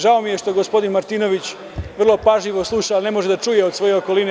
Žao mi je što gospodin Martinović vrlo pažljivo sluša, ali ne može da čuje od svoje okoline…